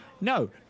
No